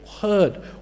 heard